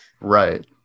Right